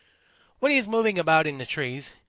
when he is moving about in the trees,